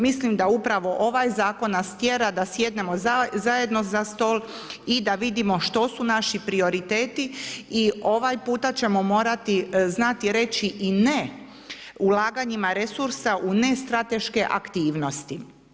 Mislim da upravo ovaj zakon nas tjera da sjednemo zajedno za stol i da vidimo što su naši prioriteti i ovaj puta ćemo morati znati reći i ne ulaganjima resursa u nestrateške aktivnosti.